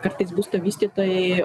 kartais būsto vystytojai